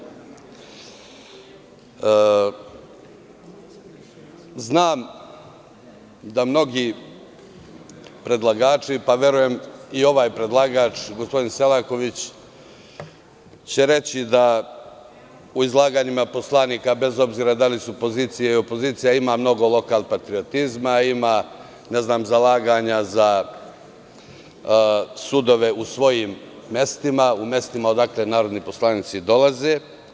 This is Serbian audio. Znam da će mnogi predlagači, pa verujem i ovaj predlagač, gospodin Selaković, reći da u izlaganjima poslanika, bez obzira da li su opozicija ili pozicija, ima mnogo lokalpatriotizma, ima zalaganja za sudove u svojim mestima, u mestima odakle narodni poslanici dolaze.